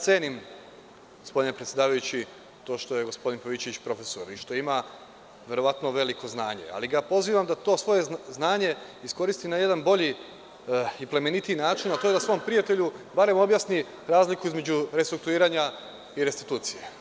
Cenim, gospodine predsedavajući, to što je gospodin Pavićević profesor i što ima verovatno veliko znanje, ali ga pozivam da to svoje znanje iskoristi na jedan bolji i plemenitiji način, a to je da svom prijatelju barem objasni razliku između restrukturiranja i restitucije.